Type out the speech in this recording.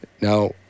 now